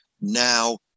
now